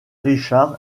richard